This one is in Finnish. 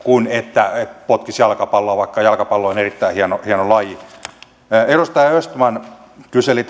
hyödyllistä työtä kuin potkisivat jalkapalloa vaikka jalkapallo on erittäin hieno hieno laji edustaja östman kyseli